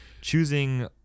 choosing